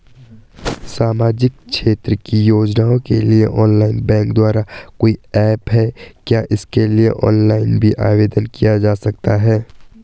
सामाजिक क्षेत्र की योजनाओं के लिए ऑनलाइन बैंक द्वारा कोई ऐप है क्या इसके लिए ऑनलाइन भी आवेदन किया जा सकता है?